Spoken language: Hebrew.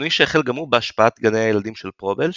שינוי שחל גם הוא בהשפעת גני הילדים של פרובל,